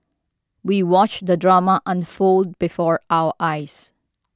we watched the drama unfold before our eyes